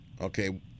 Okay